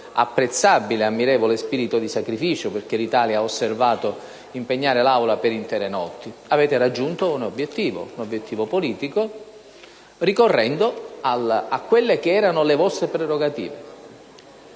apprezzabile ed ammirevole spirito di sacrificio, perché l'Italia ha osservato impegnare l'Aula per intere notti: avete raggiunto un obiettivo - un obiettivo politico - ricorrendo alle vostre prerogative.